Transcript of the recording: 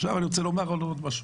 אני רוצה לומר עוד משהו.